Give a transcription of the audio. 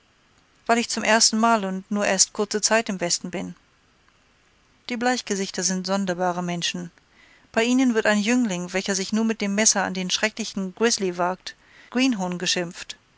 weil ich zum erstenmal und nur erst kurze zeit im westen bin die bleichgesichter sind sonderbare menschen bei ihnen wird ein jüngling welcher sich nur mit dem messer an den schrecklichen grizzly wagt greenhorn geschimpft